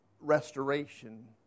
restoration